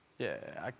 yeah,